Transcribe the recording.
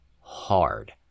hard